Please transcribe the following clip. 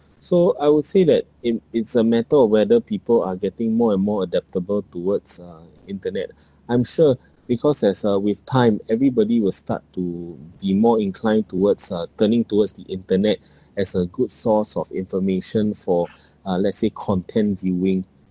so I would say that in it's a matter of whether people are getting more and more adaptable towards uh internet I'm sure because there's uh with time everybody will start to be more inclined towards uh turning towards the internet as a good source of information for uh let's say content viewing